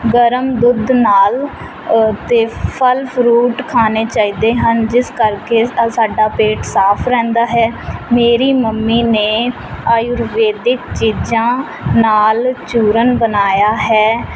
ਗਰਮ ਦੁੱਧ ਨਾਲ ਅਤੇ ਫਲ ਫਰੂਟ ਖਾਣੇ ਚਾਹੀਦੇ ਹਨ ਜਿਸ ਕਰਕੇ ਸਾਡਾ ਪੇਟ ਸਾਫ਼ ਰਹਿੰਦਾ ਹੈ ਮੇਰੀ ਮੰਮੀ ਨੇ ਆਯੁਰਵੇਦਿਕ ਚੀਜ਼ਾਂ ਨਾਲ ਚੂਰਨ ਬਣਾਇਆ ਹੈ